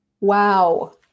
wow